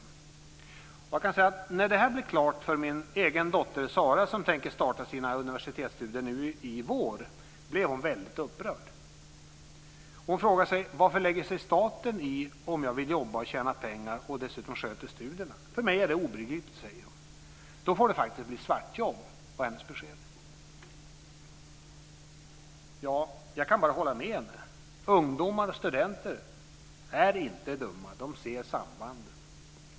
När detta blev klart för min egen dotter Sara som tänker starta sina universitetsstudier i vår blev hon väldigt upprörd. Hon frågade sig: Varför lägger sig staten i om jag vill jobba och tjäna pengar och dessutom sköter studierna? För mig är det obegripligt, säger hon. Då får det faktiskt bli svartjobb, var hennes besked. Jag kan bara hålla med henne. Ungdomar och studenter är inte dumma, de ser sambanden.